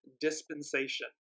dispensation